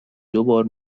دوبار